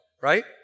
right